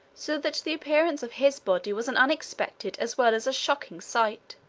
so that the appearance of his body was an unexpected as well as a shocking sight.